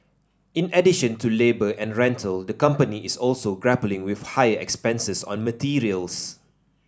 in addition to labour and rental the company is also grappling with higher expenses on materials